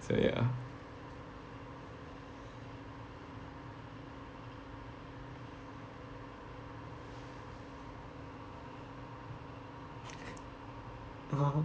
so ya (uh huh)